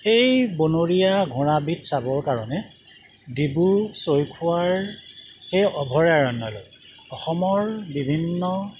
এই বনৰীয়া ঘোঁৰাবিধ চাবৰ কাৰণে ডিব্ৰু চৈখোৱাৰ সেই অভয়াৰণ্যলৈ অসমৰ বিভিন্ন